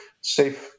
safe